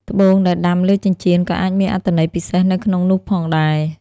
ត្បូងដែលដាំលើចិញ្ចៀនក៏អាចមានអត្ថន័យពិសេសនៅក្នុងនោះផងដែរ។